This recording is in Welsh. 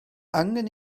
angen